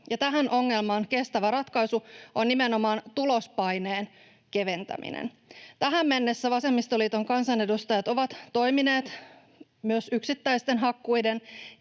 tähän ongelmaan kestävä ratkaisu on nimenomaan tulospaineen keventäminen. Tähän mennessä vasemmistoliiton kansanedustajat ovat toimineet myös yksittäisten hakkuiden